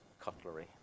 Cutlery